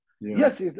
Yes